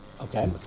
Okay